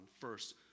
first